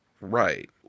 Right